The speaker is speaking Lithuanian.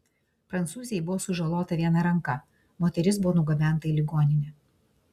prancūzei buvo sužalota viena ranka moteris buvo nugabenta į ligoninę